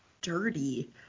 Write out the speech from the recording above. dirty